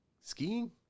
skiing